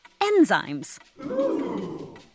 enzymes